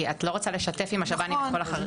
כי את לא רוצה לשתף עם השב"נים את הכל.